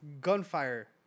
Gunfire